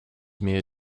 mere